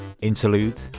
interlude